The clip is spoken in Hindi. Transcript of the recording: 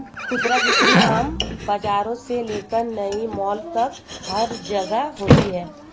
खुदरा बिक्री आम बाजारों से लेकर नए मॉल तक हर जगह होती है